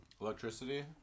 Electricity